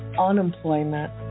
unemployment